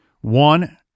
One